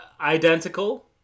identical